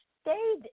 stayed